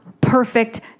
perfect